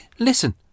Listen